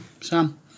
Sam